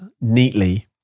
neatly